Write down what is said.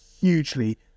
hugely